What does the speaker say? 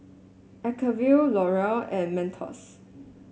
Acuvue L Oreal and Mentos